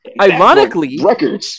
Ironically